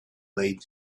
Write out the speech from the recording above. lay